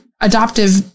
adoptive